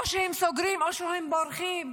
או שהם סוגרים, או שהם בורחים.